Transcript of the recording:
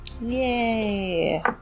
Yay